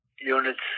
units